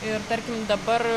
ir tarkim dabar